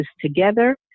together